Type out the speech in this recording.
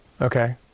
Okay